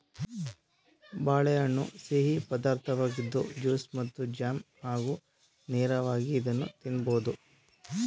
ಬಾಳೆಹಣ್ಣು ಸಿಹಿ ಪದಾರ್ಥವಾಗಿದ್ದು ಜ್ಯೂಸ್ ಮತ್ತು ಜಾಮ್ ಹಾಗೂ ನೇರವಾಗಿ ಇದನ್ನು ತಿನ್ನಬೋದು